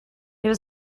was